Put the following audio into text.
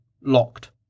locked